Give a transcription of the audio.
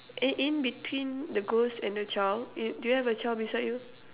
in in between the ghost and the child uh you do you have a child beside you